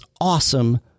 awesome